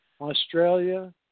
Australia